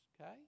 okay